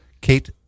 Kate